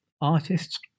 artists